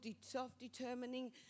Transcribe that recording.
self-determining